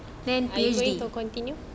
then PhD are you going to continue